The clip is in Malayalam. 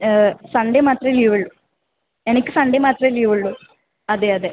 സൺഡേ മാത്രമെ ലീവ് ഉള്ളു എനിക്ക് സൺഡേ മാത്രമെ ലീവ് ഉള്ളു അതെ അതെ